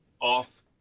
off